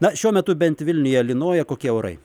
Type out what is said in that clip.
na šiuo metu bent vilniuje lynoja kokie orai